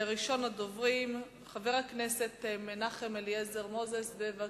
יפתח את הדיון חבר הכנסת אופיר פינס-פז, בבקשה.